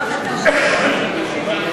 הצעת